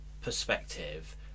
perspective